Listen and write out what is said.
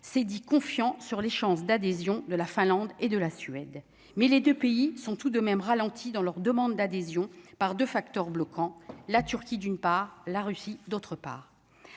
s'est dit confiant sur les chances d'adhésion de la Finlande et de la Suède, mais les 2 pays sont tout de même ralenti dans leur demande d'adhésion par 2 facteurs bloquants, la Turquie, d'une part, la Russie, d'autre part,